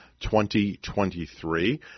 2023